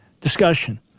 discussion